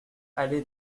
allée